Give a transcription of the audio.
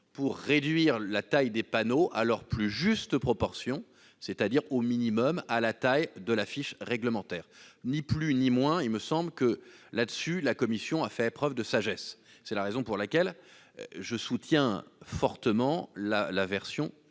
pour réduire la taille des panneaux à leur plus juste proportion, c'est-à-dire au minimum à la taille de l'affiche réglementaire- ni plus ni moins. Il me semble que la commission a fait preuve de sagesse. C'est la raison pour laquelle je soutiens vivement sa version et je